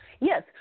Yes